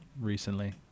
recently